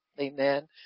amen